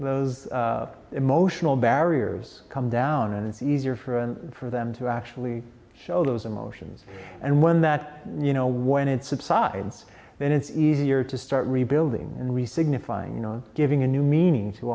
those emotional barriers come down and it's easier for and for them to actually show those emotions and when that you know when it subsides and it's easier to start rebuilding and we signifying you know giving a new meaning to